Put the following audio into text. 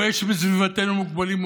או יש בסביבתנו מוגבלים,